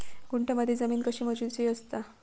गुंठयामध्ये जमीन कशी मोजूची असता?